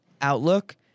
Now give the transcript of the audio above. outlook